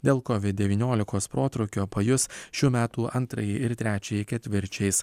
dėl kovid devyniolikos protrūkio pajus šių metų antrąjį ir trečiąjį ketvirčiais